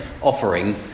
offering